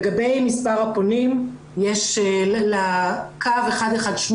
לגבי מספר הפונים לקו 118,